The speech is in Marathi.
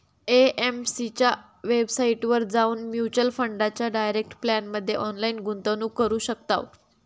ए.एम.सी च्या वेबसाईटवर जाऊन म्युच्युअल फंडाच्या डायरेक्ट प्लॅनमध्ये ऑनलाईन गुंतवणूक करू शकताव